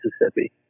Mississippi